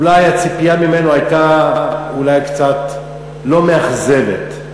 אולי הציפייה ממנו הייתה קצת לא מאכזבת.